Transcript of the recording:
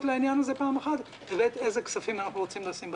לעניין הזה ואילו כספים אנחנו רוצים לשים בצד.